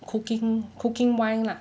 cooking cooking wine lah